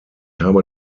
habe